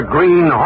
Green